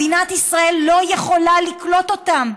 מדינת ישראל לא יכולה לקלוט אותם.